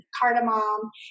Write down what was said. cardamom